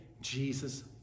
Jesus